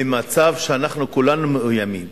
במצב שאנחנו כולנו מאוימים.